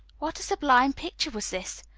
what a sublime picture was this!